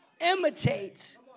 imitate